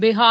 Bihar